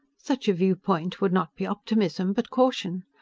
such a viewpoint would not be optimism, but caution.